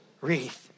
wreath